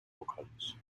vocalist